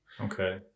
Okay